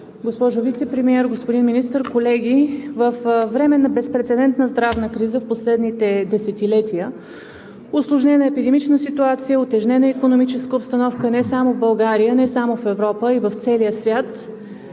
госпожо Вицепремиер, господин Министър, колеги! Във време на безпрецедентна здравна криза в последните десетилетия, усложнена епидемична ситуация, утежнена икономическа обстановка не само в България, не само в Европа, а и в целия свят,